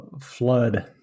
flood